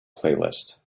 playlist